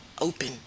open